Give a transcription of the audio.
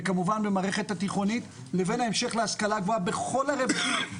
וכמובן במערכת התיכונית לבין ההמשך להשכלה גבוהה בכל הרבדים,